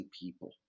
people